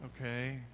Okay